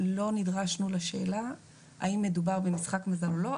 לא נדרשנו לשאלה האם מדובר במשחק מזל או לא.